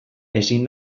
ezin